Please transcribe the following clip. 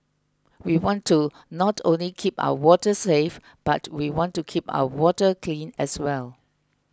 we want to not only keep our waters safe but we want to keep our water clean as well